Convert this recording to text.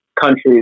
countries